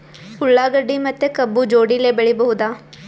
ಉಳ್ಳಾಗಡ್ಡಿ ಮತ್ತೆ ಕಬ್ಬು ಜೋಡಿಲೆ ಬೆಳಿ ಬಹುದಾ?